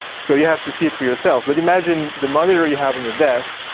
so you have to see it for yourself but imagine the monitor you have in your desk,